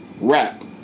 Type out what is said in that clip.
rap